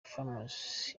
farms